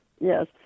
Yes